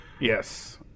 Yes